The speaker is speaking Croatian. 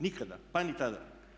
Nikada pa ni tada.